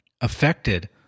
affected